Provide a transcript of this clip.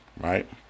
right